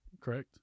correct